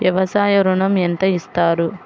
వ్యవసాయ ఋణం ఎంత ఇస్తారు?